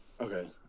okay